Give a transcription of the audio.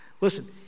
Listen